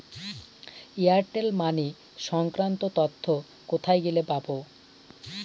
Airtel Money সংক্রান্ত তথ্য কোথায় গেলে পাব?